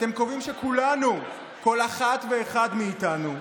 אתם קובעים שכולנו, כל אחת ואחד מאיתנו,